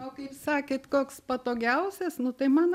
o kaip sakėt koks patogiausias nu tai man